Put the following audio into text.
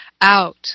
out